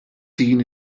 din